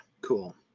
cool